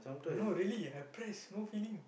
no really I press no feeling